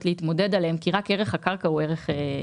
להתמודד עליהם כי רק ערך הקרקע הוא משמעותי.